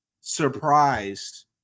surprised